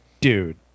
dude